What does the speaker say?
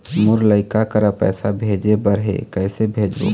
मोर लइका करा पैसा भेजें बर हे, कइसे भेजबो?